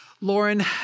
Lauren